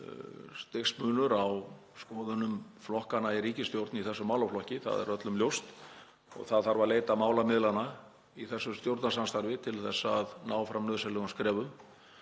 stigsmunur á skoðunum flokkanna í ríkisstjórn í þessum málaflokki. Það er öllum ljóst. Það þarf að leita málamiðlana í þessu stjórnarsamstarfi til að ná fram nauðsynlegum skrefum.